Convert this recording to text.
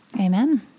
Amen